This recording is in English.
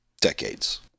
decades